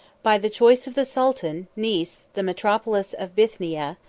by the choice of the sultan, nice, the metropolis of bithynia,